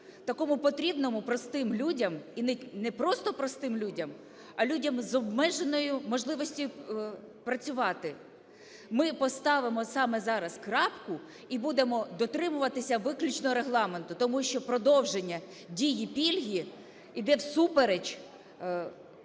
такому потрібному простим людям, і не просто простим людям, а людям з обмеженою можливістю працювати, ми поставимо саме зараз крапку і будемо дотримуватися виключно Регламенту, тому що продовження дії пільги йде всупереч